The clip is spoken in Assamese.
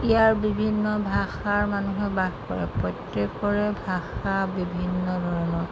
ইয়াৰ বিভিন্ন ভাষাৰ মানুহে বাস কৰে প্ৰত্যেকৰে ভাষা বিভিন্ন ধৰণৰ